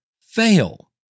fail